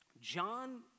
John